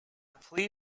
plea